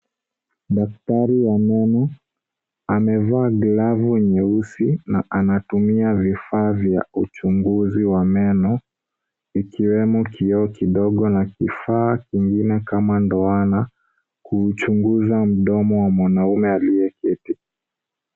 Daktari wa meno amevaa glavu nyeusi na anatumia vifaa vya uchunguzi wa meno ikiwemo kioo kidogo na kifaa kingine kama ndoana kuchunguza mdomo wa mwanaume aliyeketi.